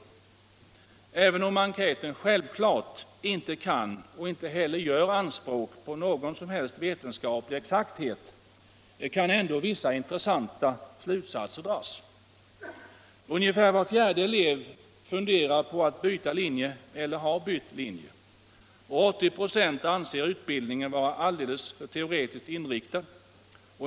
Även om enkäten självklart inte gör anspråk på vetenskaplig exakthet kan vissa intressanta slutsatser dras. Ungefär var fjärde elev funderar på att byta linje eller har bytt linje, och 80 4 anser utbildningen vara alltför teoretiskt inriktad.